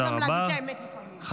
צריכים להגיד גם את האמת לפעמים.